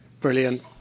brilliant